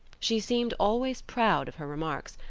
she seemed always proud of her remarks,